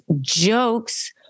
jokes